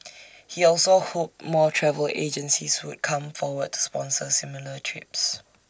he also hoped more travel agencies would come forward to sponsor similar trips